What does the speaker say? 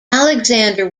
alexander